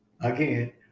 Again